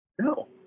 No